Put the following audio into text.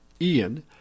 Ian